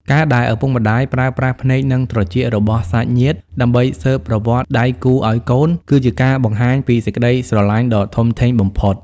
ការដែលឪពុកម្ដាយប្រើប្រាស់ភ្នែក និងត្រចៀករបស់សាច់ញាតិដើម្បីស៊ើបប្រវត្តិដៃគូឱ្យកូន គឺជាការបង្ហាញពីសេចក្ដីស្រឡាញ់ដ៏ធំធេងបំផុត។